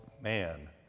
man